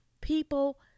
People